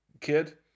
kid